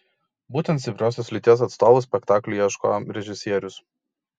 būtent stipriosios lyties atstovų spektakliui ieško režisierius